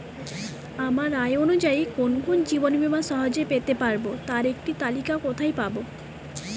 আমার আয় অনুযায়ী কোন কোন জীবন বীমা সহজে পেতে পারব তার একটি তালিকা কোথায় পাবো?